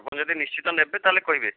ଆପଣ ଯଦି ନିଶ୍ଚିତ ନେବେ ତାହେଲେ କହିବେ